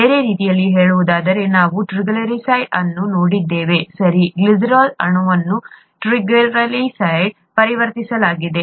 ಬೇರೆ ರೀತಿಯಲ್ಲಿ ಹೇಳುವುದಾದರೆ ನಾವು ಟ್ರೈಗ್ಲಿಸರೈಡ್ ಅನ್ನು ನೋಡಿದ್ದೇವೆ ಸರಿ ಗ್ಲಿಸರಾಲ್ ಅಣುವನ್ನು ಟ್ರೈಗ್ಲಿಸರೈಡ್ಗಳಾಗಿ ಪರಿವರ್ತಿಸಲಾಗಿದೆ